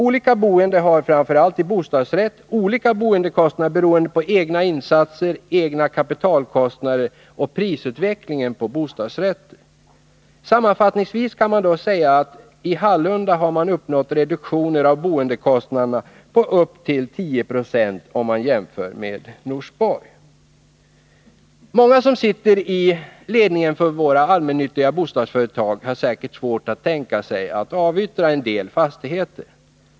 Olika boende har, framför allt i bostadsrätt, olika boendekostnader beroende på egna insatser, egna kapitalkostnader och prisutvecklingen på bostadsrätter. Sammanfattningsvis kan man dock säga att man i Hallunda uppnått reduktioner av boendekostnaderna på upp till 10 26 om man jämför med Norsborg. Många som sitter i ledningen för våra allmännyttiga bostadsföretag har säkert svårt att tänka sig att avyttra en del fastigheter.